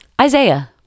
Isaiah